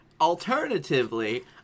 Alternatively